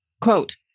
quote